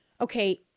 okay